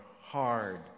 hard